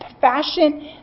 fashion